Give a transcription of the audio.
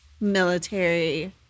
military